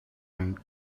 saint